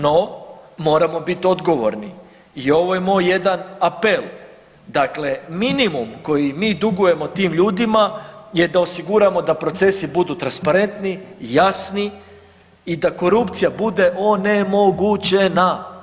No moramo biti odgovorni i ovo je moj jedan apel, dakle minimum koji mi dugujemo tim ljudima je da osiguramo da procesi budu transparentni, jasni i da korupcija bude onemogućena.